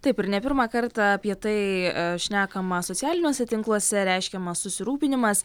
taip ir ne pirmą kartą apie tai šnekama socialiniuose tinkluose reiškiamas susirūpinimas